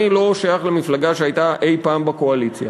אני לא שייך למפלגה שהייתה אי-פעם בקואליציה,